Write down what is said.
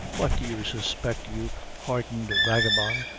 what do you suspect, you hardened vagabond?